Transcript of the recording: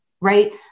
right